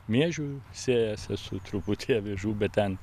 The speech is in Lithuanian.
miežių sėjęs esu truputį avižų bet ten